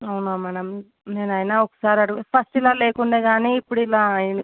అవునా మ్యాడమ్ నేను అయినా ఒకసారి అడుగుతా ఫస్ట్ ఇలా లేకుండే గానీ ఇప్పుడు ఇలా అయ్యిం